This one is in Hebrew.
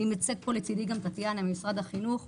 נמצאת פה לצידי טירה ממשרד החינוך.